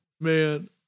man